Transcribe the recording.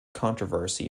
controversy